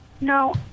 No